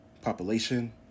population